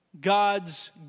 God's